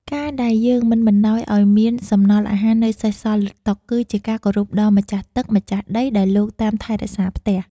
ការដែលយើងមិនបណ្តោយឱ្យមានសំណល់អាហារនៅសេសសល់លើតុ គឺជាការគោរពដល់ម្ចាស់ទឹកម្ចាស់ដីដែលលោកតាមថែរក្សាផ្ទះ។